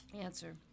Answer